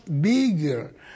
bigger